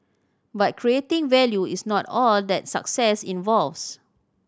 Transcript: but creating value is not all that success involves